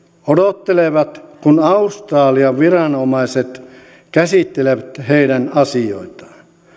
odottelevat kun australian viranomaiset käsittelevät heidän asioitaan